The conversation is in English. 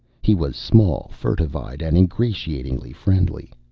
he was small, furtive-eyed, and ingratiatingly friendly.